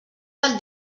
del